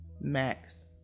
max